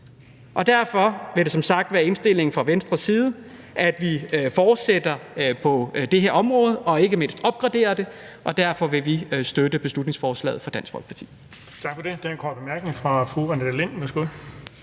op. Derfor vil det som sagt være indstillingen fra Venstres side, at vi fortsætter på det her område, og ikke mindst opgraderer det. Og derfor vil vi støtte beslutningsforslaget fra Dansk Folkeparti.